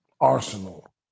arsenal